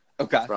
Okay